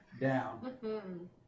down